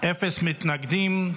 אפס מתנגדים.